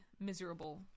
miserable